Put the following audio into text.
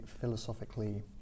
philosophically